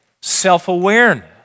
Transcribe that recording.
self-awareness